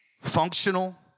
functional